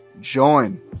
join